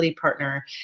partner